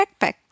backpack